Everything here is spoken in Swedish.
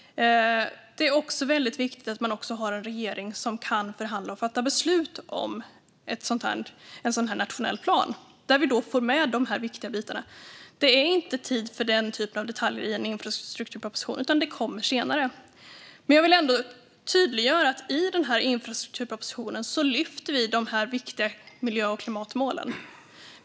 Det är också väldigt viktigt att man har en regering som kan förhandla och fatta beslut om en nationell plan där vi får med de här viktiga bitarna. Det finns inte plats för den typen av detaljer i en infrastrukturproposition, utan de kommer senare. Jag vill ändå tydliggöra att vi lyfter fram de viktiga miljö och klimatmålen i infrastrukturpropositionen.